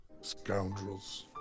scoundrels